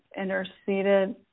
interceded